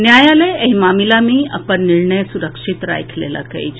न्यायालय एहि मामिला मे अपन निर्णय सुरक्षित राखि लेलक अछि